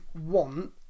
want